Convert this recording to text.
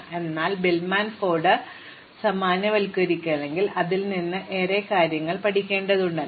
അതിനാൽ ഇതാണ് Bellman Ford സാമാന്യവൽക്കരിക്കുക നിങ്ങൾക്ക് ബെൽമാൻ ഫോർഡിൽ നിന്നും അതിലേറെ കാര്യങ്ങളിൽ നിന്നും വിളിക്കേണ്ട അതേ ഉത്തരം ലഭിക്കും